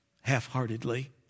half-heartedly